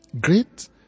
Great